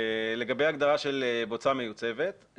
לגבי ההגדרה של בוצה מיוצבת.